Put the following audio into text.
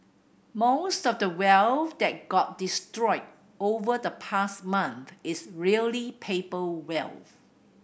most of the wealth that got destroyed over the past month is really paper wealth